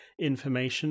information